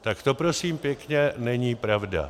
Tak to, prosím pěkně, není pravda.